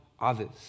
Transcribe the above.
others